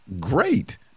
great